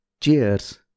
Cheers